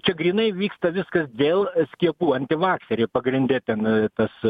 čia grynai vyksta viskas dėl skiepų antivakseriai pagrinde ten tas